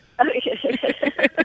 Okay